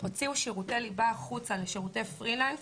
הם הוציאו שירותי ליבה החוצה לשירותי פרילנס.